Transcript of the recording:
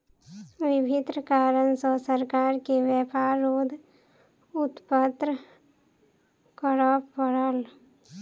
विभिन्न कारण सॅ सरकार के व्यापार रोध उत्पन्न करअ पड़ल